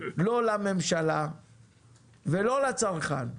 לא לממשלה ולא לצרכן.